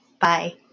Bye